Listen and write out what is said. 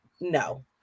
no